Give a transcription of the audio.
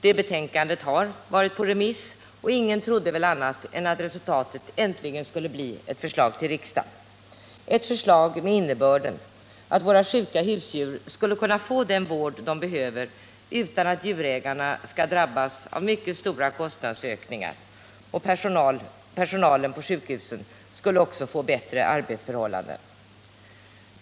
Dess betänkande har varit på remiss, och ingen trodde väl annat än att resultatet äntligen skulle bli ett förslag till riksdagen, ett förslag med innebörden att våra sjuka husdjur skulle få den vård de behöver utan att djurägarna drabbas av mycket stora kostnadsökningar. Personalen på sjukhusen skulle också få bättre arbetsförhållanden.